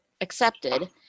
accepted